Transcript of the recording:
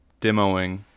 demoing